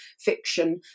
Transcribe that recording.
fiction